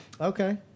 Okay